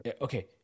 Okay